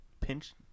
pinch